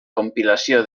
compilació